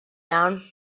down